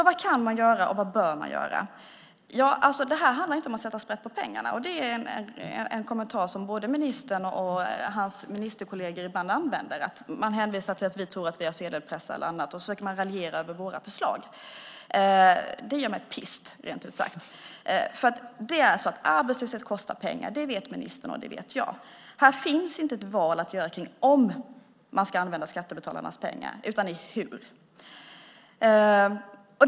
Vad kan man göra och vad bör man göra? Det här handlar ju inte om att sätta sprätt på pengarna. Det är en kommentar som både ministern och hans ministerkolleger ibland använder. Man hänvisar till att vi tror att vi har sedelpressar eller annat och så försöker man raljera över våra förslag. Det gör mig pissed, rent ut sagt. Arbetslöshet kostar pengar. Det vet ministern och det vet jag. Här finns inte valet om man ska använda skattebetalarnas pengar utan hur man ska använda dem.